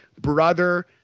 brother